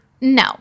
no